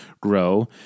grow